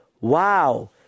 Wow